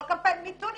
כל קמפיין Me Too,